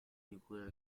nuclear